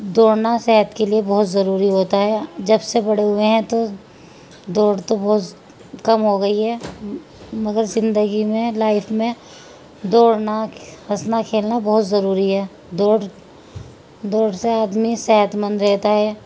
دوڑنا صحت کے لیے بہت ضروری ہوتا ہے جب سے بڑے ہوئے ہیں تو دوڑ تو بہت کم ہو گئی ہے مگر زندگی میں لائف میں دوڑنا ہنسنا کھیلنا بہت ضروری ہے دوڑ دوڑ سے آدمی صحت مند رہتا ہے